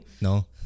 No